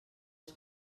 els